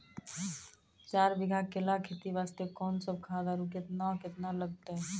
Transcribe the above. चार बीघा केला खेती वास्ते कोंन सब खाद आरु केतना केतना लगतै?